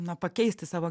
nuo pakeisti savo